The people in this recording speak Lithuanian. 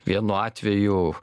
vienu atveju